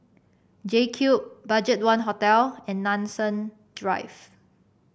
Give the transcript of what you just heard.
JCube BudgetOne Hotel and Nanson Drive